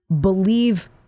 believe